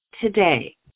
today